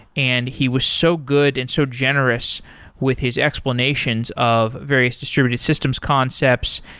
and he was so good and so generous with his explanations of various distributed systems concepts,